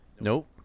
Nope